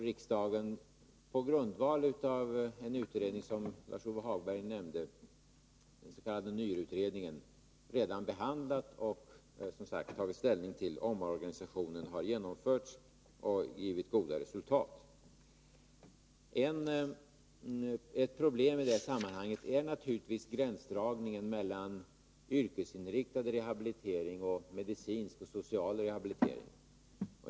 Riksdagens beslut fattades på grundval av den utredning som Lars-Ove Hagberg nämnde, den s.k. NYR-utredningen. Ett problem i detta sammanhang är gränsdragningen mellan yrkesinriktad rehabilitering och medicinsk och social rehabilitering.